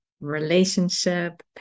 relationship